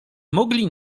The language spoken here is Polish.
mogli